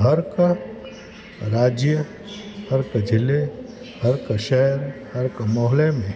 हर का राज्य हर हिकु ज़िले हर हिकु शहर हर हिकु मोहल्ले में